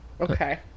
Okay